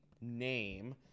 name